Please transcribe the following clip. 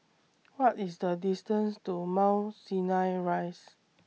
What IS The distance to Mount Sinai Rise